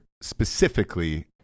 specifically